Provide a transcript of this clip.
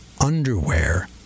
underwear